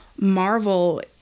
Marvel